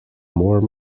more